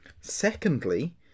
Secondly